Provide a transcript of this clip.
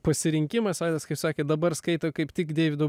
pasirinkimas vaidas kaip sakė dabar skaito kaip tik deivido